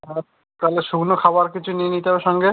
আর তাহলে শুকনো খাবার কিছু নিই নিতে হবে সঙ্গে